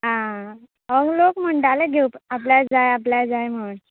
आं होय लोक म्हणटाले घेवपा आपल्याक जाय आपल्याक जाय म्हण